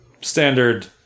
standard